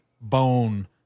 bone